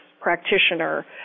practitioner